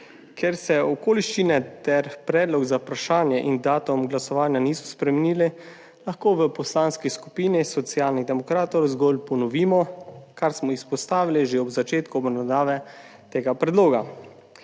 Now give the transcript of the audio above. Ker se okoliščine ter predlog za vprašanje in datum glasovanja niso spremenili lahko v Poslanski skupini Socialnih demokratov zgolj ponovimo kar smo izpostavili že ob začetku obravnave tega predloga.